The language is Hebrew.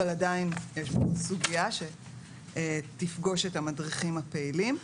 אבל עדיין, סוגייה שתפגוש את המדריכים הפעילים.